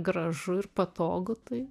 gražu ir patogu tai